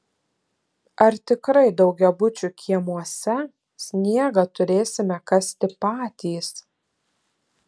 ar tikrai daugiabučių kiemuose sniegą turėsime kasti patys